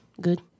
good